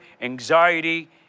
anxiety